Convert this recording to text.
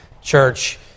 Church